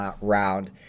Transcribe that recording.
round